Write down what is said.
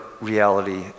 reality